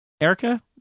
Erica